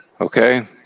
Okay